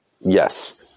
Yes